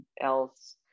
else